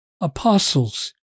apostles